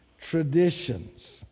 traditions